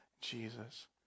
Jesus